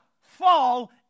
fall